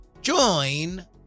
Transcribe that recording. Join